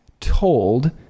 told